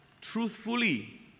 truthfully